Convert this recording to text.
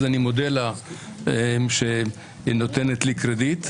אז אני מודה לה שהיא נותנת לי קרדיט.